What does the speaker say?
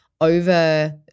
over